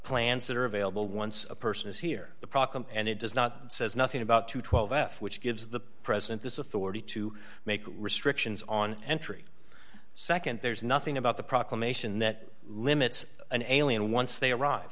plans that are available once a person is here the problem and it does not says nothing about two hundred and twelve f which gives the president this authority to make restrictions on entry nd there's nothing about the proclamation that limits an alien once they arrive